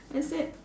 I said